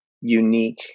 unique